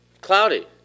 cloudy